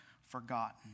forgotten